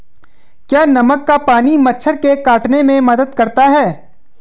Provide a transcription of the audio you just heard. क्या नमक का पानी मच्छर के काटने में मदद करता है?